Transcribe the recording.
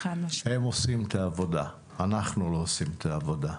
הם עושים את העבודה, אנחנו לא עושים את העבודה.